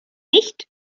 nicht